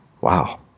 Wow